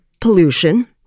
pollution